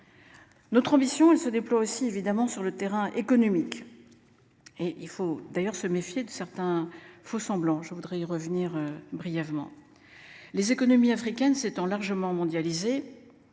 Notre ambition, elle se déploie aussi évidemment sur le terrain économique. Et il faut d'ailleurs se méfier de certains faux-semblant, je voudrais revenir brièvement. Les économies africaines s'étant largement mondialisée.